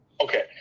Okay